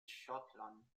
schottland